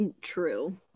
true